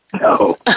No